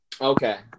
Okay